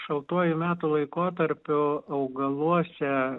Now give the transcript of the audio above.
šaltuoju metų laikotarpiu augaluose